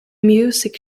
music